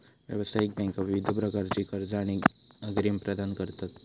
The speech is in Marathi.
व्यावसायिक बँका विविध प्रकारची कर्जा आणि अग्रिम प्रदान करतत